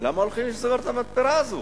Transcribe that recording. למה הולכים לסגור את המתפרה הזאת?